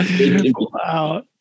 Wow